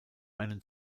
einen